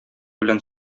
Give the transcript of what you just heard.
белән